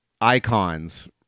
icons